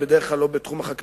בדרך כלל לא בתחום החקלאות,